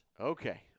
Okay